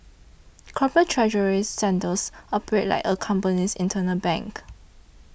corporate treasury centres operate like a company's internal bank